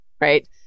Right